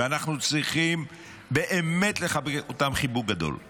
ואנחנו צריכים באמת לחבק אותם חיבוק גדול.